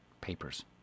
papers